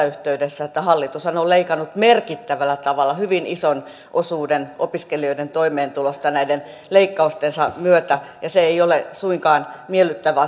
yhteydessä että hallitushan on leikannut merkittävällä tavalla hyvin ison osuuden opiskelijoiden toimeentulosta näiden leikkaustensa myötä se ei ole suinkaan miellyttävä